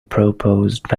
proposed